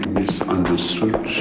misunderstood